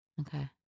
Okay